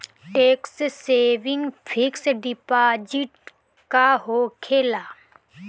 Tax saving fix deposit का होखे ला?